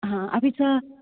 हा अपि च